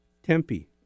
Tempe